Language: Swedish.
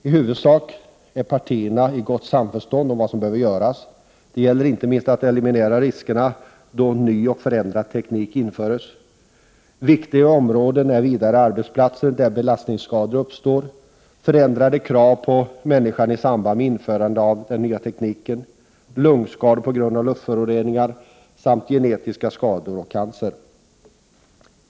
I huvudsak råder det gott samförstånd mellan partierna om vad som behöver göras. Det gäller inte minst att eliminera riskerna då ny och förändrad teknik införs. Viktiga områden är vidare arbetsplatser där belastningsskador uppstår, förändrade krav på människan i samband med införande av den nya tekniken, lungskador på grund av luftföroreningar samt genetiska skador och cancer.